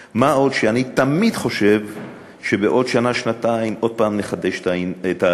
מה עוד שאני תמיד חושב שבעוד שנה-שנתיים עוד פעם נחדש את העלייה,